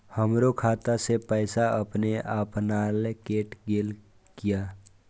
हमरो खाता से पैसा अपने अपनायल केट गेल किया?